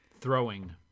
Throwing